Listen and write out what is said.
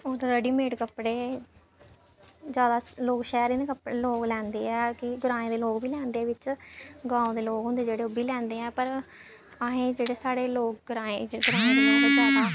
हून ready made कपड़े जैदा लोक शैह्रें दे लोक लैंदे ऐ कि ग्राएं दे लोक बी लैंदे बिच्च गांव दे लोक होंदे ऐ जेह्ड़े ओह् बी लैंदे ऐ पर आहें जेह्ड़े साढ़े लोक ग्राएं च ग्राएं दे लोक जैदा